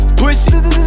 push